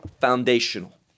foundational